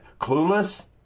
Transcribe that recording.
Clueless